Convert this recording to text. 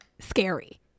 scary